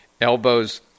elbows